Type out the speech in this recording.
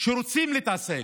שרוצה להתעסק,